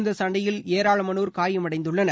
இந்த சண்டையில் ஏராளமானோர் காயமடைந்துள்ளனர்